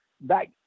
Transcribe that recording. back